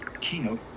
keynote